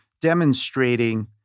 demonstrating